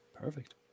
perfect